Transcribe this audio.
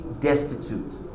destitute